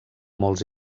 molts